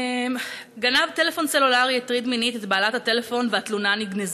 גנב טלפון סלולרי הטריד מינית את בעלת הטלפון והתלונה נגנזה.